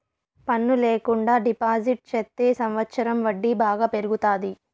పన్ను ల్యాకుండా డిపాజిట్ చెత్తే సంవచ్చరం వడ్డీ బాగా పెరుగుతాది